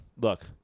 look